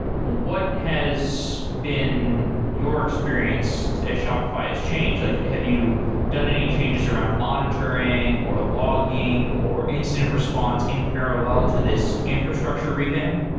what has been your experience at shopify has changed? like have you done any changes around monitoring, or logging, or incident response in parallel to this infrastructure revamp?